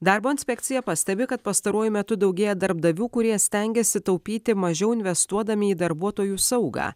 darbo inspekcija pastebi kad pastaruoju metu daugėja darbdavių kurie stengiasi taupyti mažiau investuodami į darbuotojų saugą